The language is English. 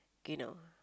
kay now